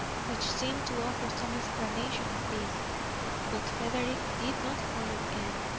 which seemed to offer some explanation of this but frederick did not follow it.